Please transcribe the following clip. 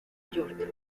york